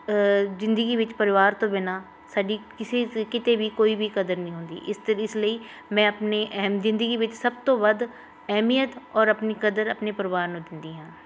ਜ਼ਿੰਦਗੀ ਵਿੱਚ ਪਰਿਵਾਰ ਤੋਂ ਬਿਨਾ ਸਾਡੀ ਕਿਸੇ ਸ ਕਿਤੇ ਵੀ ਕੋਈ ਵੀ ਕਦਰ ਨਹੀਂ ਹੁੰਦੀ ਇਸ ਤਰ੍ਹਾਂ ਇਸ ਲਈ ਮੈਂ ਆਪਣੇ ਅਹਿਮ ਜ਼ਿੰਦਗੀ ਵਿੱਚ ਸਭ ਤੋਂ ਵੱਧ ਅਹਿਮੀਅਤ ਔਰ ਆਪਣੀ ਕਦਰ ਆਪਣੇ ਪਰਿਵਾਰ ਨੂੰ ਦਿੰਦੀ ਹਾਂ